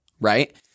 right